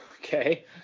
Okay